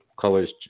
colors